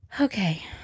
Okay